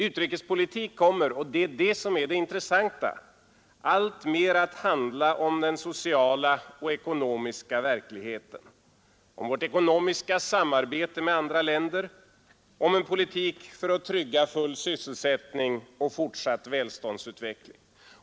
Utrikespolitik kommer — och det är det som är det intressanta — alltmer att handla om den sociala och ekonomiska verkligheten, om vårt ekonomiska samarbete med andra länder, om en politik för att trygga full sysselsättning och fortsatt välståndsutveckling.